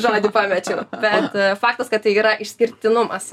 žodžiu pamečiau bet faktas kad tai yra išskirtinumas